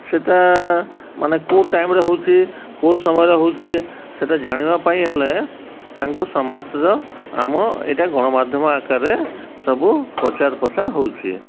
ସେଇଟା ମାନେ କେଉଁ ଟାଇମରେ ହଉଛି କେଉଁ ସମୟରେ ହଉଛି ସେଇଟା ଜାଣିବା ପାଇଁ ହେଲେ ତାଙ୍କୁ ସମ୍ବାଦର ଆମ ଏଇଟା ଗଣମାଧ୍ୟମ ଆକାରରେ ସବୁ ପ୍ରଚାର ପ୍ରସାର ହଉଛି